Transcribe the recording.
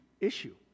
issue